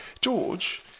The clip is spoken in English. George